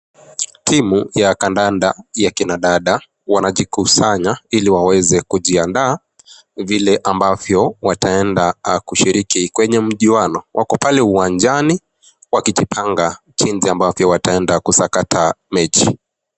Timu ya kandanda ya kina dada wanajikusanya ili waweze kujiandaa vile ambavyo wataenda kushiriki kwenye mchuano, wako pale uwanjani wakijipanga jinsi ambavyo wataenda kusakata mechi.